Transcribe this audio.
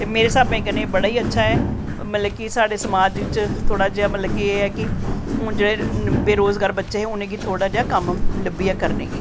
ते मेरे स्हाबै कन्नै एह् बड़ा ई अच्छा ऐ ते साढ़े समाज़ च मतलब की हून जेह्ड़े बोरोज़गार बच्चे हे उनेंगी थोह्ड़ा जेहा कम्म लब्भी गेआ करने गी